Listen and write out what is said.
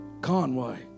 Conway